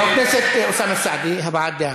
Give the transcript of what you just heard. חבר הכנסת אוסאמה סעדי, הבעת דעה.